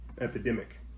epidemic